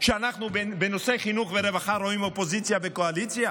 שאנחנו בנושאי חינוך ורווחה רואים אופוזיציה וקואליציה?